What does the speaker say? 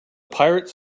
pirates